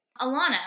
Alana